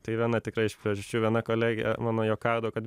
tai viena tikrai iš priežasčių viena kolegė mano juokaudavo kad